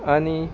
आनी